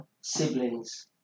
Siblings